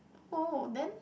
oh then